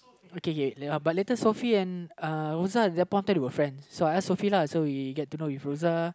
okay K but later Sophie anduhRosa and Zeppon then they were friends so I ask Sophie lah so we get to know with Rosa